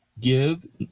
give